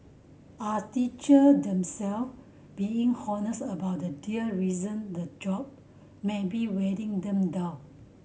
are teacher them self being honest about dear reason the job might be wearing them down